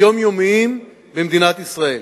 היומיומיים, במדינת ישראל.